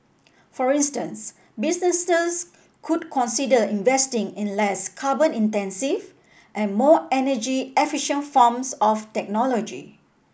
for instance businesses could consider investing in less carbon intensive and more energy efficient forms of technology